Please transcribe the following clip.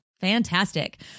Fantastic